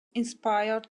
inspired